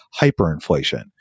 hyperinflation